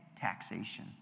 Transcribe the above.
taxation